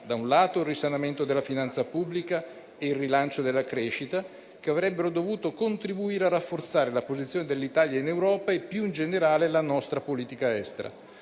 da un lato - il risanamento della finanza pubblica e il rilancio della crescita, che avrebbero dovuto contribuire a rafforzare la posizione dell'Italia in Europa e più in generale la nostra politica estera;